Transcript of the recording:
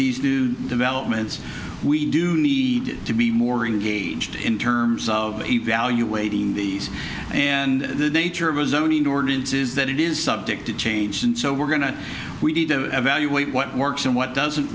these new developments we do need to be more engaged in terms of evaluating these and the nature of a zoning ordinance is that it is subject to change and so we're going to we need to evaluate what works and what doesn't